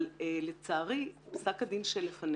אבל, לצערי, פסק הדין שלפנינו,